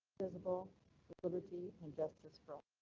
visible liberty and justice for